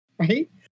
Right